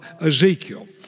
Ezekiel